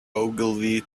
ogilvy